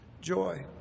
joy